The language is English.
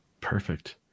Perfect